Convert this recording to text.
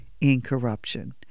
incorruption